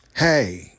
Hey